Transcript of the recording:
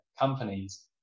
companies